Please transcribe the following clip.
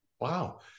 Wow